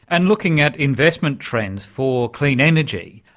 and looking at investment trends for clean energy,